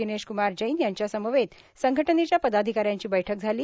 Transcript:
दिनेशक्रमार जैन यांच्यासमवेत संघटनेच्या पदाधिकाऱ्यांची बैठक झाली